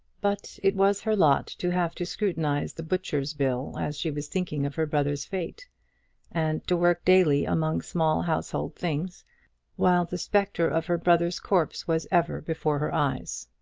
but it was her lot to have to scrutinize the butcher's bill as she was thinking of her brother's fate and to work daily among small household things while the spectre of her brother's corpse was ever before her eyes.